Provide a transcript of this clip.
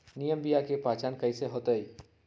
निमन बीया के पहचान कईसे होतई?